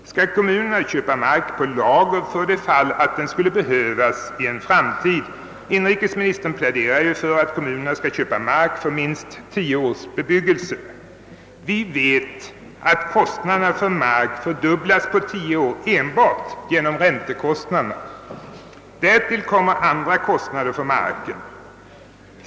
Skall kommunerna köpa mark och lägga den på lager för det fall den skulle behövas i en framtid? Inrikesministern pläderar ju för att de skall köpa mark för minst tio års bebyggelse. Vi vet att kostnaderna för mark fördubblas på tio år enbart genom räntekostnaderna. Och därtill kommer andra kostnader.